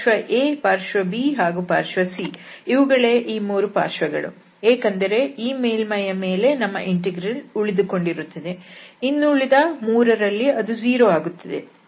ಪಾರ್ಶ್ವ A ಪಾರ್ಶ್ವ B ಮತ್ತು ಪಾರ್ಶ್ವ C ಇವುಗಳೇ ಆ 3 ಪಾರ್ಶ್ವಗಳು ಏಕೆಂದರೆ ಈ ಮೇಲ್ಮೈಗಳ ಮೇಲೆ ನಮ್ಮ ಇಂಟೆಗ್ರಾಂಡ್ ಉಳಿದುಕೊಂಡಿರುತ್ತದೆ ಇನ್ನುಳಿದ ಮೂರರಲ್ಲಿ ಅದು 0 ಆಗುತ್ತದೆ